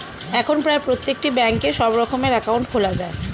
এখন প্রায় প্রত্যেকটি ব্যাঙ্কে সব রকমের অ্যাকাউন্ট খোলা যায়